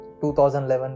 2011